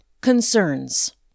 Concerns